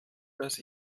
dass